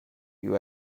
you